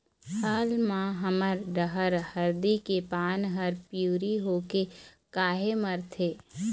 हाल मा हमर डहर हरदी के पान हर पिवरी होके काहे मरथे?